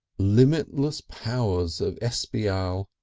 limitless powers of espial.